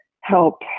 help